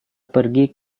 pergi